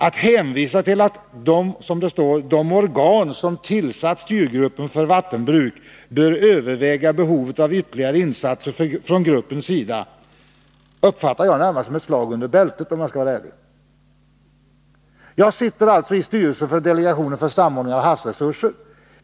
Att hänvisa till att det ankommer ”på de organ som tillsatt Styrgruppen för vattenbruk att överväga behovet av ytterligare insatser från gruppen” uppfattar jag närmast som ett slag under bältet, om jag skall vara ärlig. Jag sitter i styrelsen för delegationen för samordning av havsresurser.